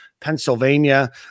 Pennsylvania